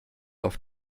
auf